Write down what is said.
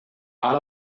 out